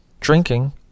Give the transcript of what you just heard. drinking